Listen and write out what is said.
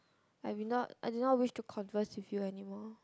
I'm not I do not wish to converse with you anymore